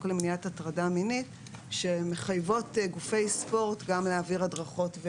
למניעת הטרדה מינית שמחייבות גופי ספורט גם להעביר הדרכות,